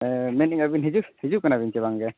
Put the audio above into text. ᱢᱮᱱ ᱮᱫᱟᱹᱧ ᱟᱹᱵᱤᱱ ᱦᱤᱡᱩᱜ ᱦᱤᱡᱩᱜ ᱠᱟᱱᱟᱵᱤᱱ ᱥᱮ ᱵᱟᱝ ᱜᱮ